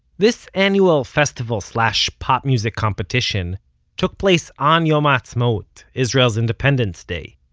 this annual festival slash pop music competition took place on yom ha'atzmaut, israel's independence day,